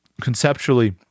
conceptually